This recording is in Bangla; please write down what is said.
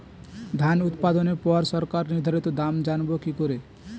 ধান উৎপাদনে পর সরকার নির্ধারিত দাম জানবো কি করে?